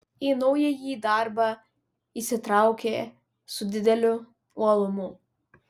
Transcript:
į naująjį darbą įsitraukė su dideliu uolumu